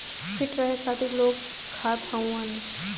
feet रहे खातिर लोग खात हउअन